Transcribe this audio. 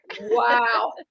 Wow